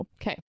Okay